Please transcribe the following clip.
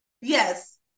Yes